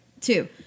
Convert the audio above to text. Two